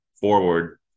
forward